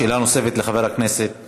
שאלה נוספת לחבר הכנסת